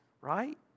right